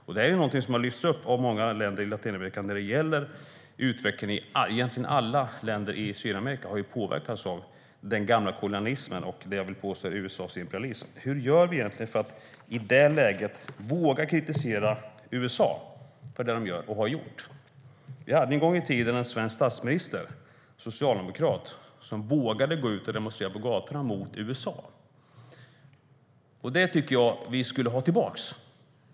Detta är någonting som har lyfts fram av många länder i Latinamerika. Utvecklingen i egentligen alla länder i Sydamerika har påverkats av den gamla kolonialismen och det jag vill påstå är USA:s imperialism. Hur gör vi för att i det läget våga kritisera USA för det de gör och har gjort? Vi hade en gång i tiden en svensk socialdemokratisk statsminister som vågade gå ut på gatorna och demonstrera mot USA. Sådant skulle jag vilja ha tillbaka.